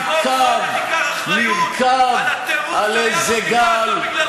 תעמוד פה ותיקח אחריות על הטירוף שהיה במדינה